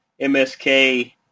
MSK